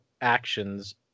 actions